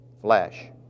flesh